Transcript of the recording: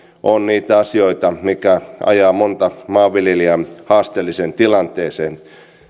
ovat niitä asioita mitkä ajavat monta maanviljelijää haasteelliseen tilanteeseen